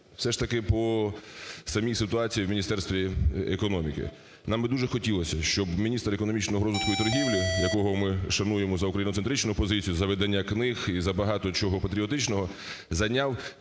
Все ж таки по самій ситуації в Міністерстві економіки. Нам би дуже хотілося, щоб міністр економічного розвитку і торгівлі, якого ми шануємо за україноцентричну позицію, за видання книг і за багато чого патріотичного зайняв